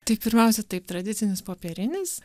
tai pirmiausia taip tradicinis popierinis